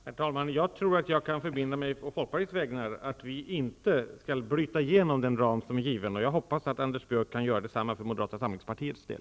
Herr talman! Jag tror att jag på Folkpartiets vägnar kan förbinda mig att vi inte skall bryta igenom den givna ramen. Jag hoppas att Anders Björck kan göra detsamma för Modrata samlingspartiets del.